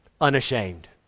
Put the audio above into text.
unashamed